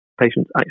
patients